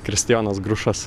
kristijonas grušas